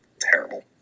terrible